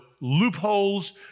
loopholes